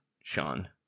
Sean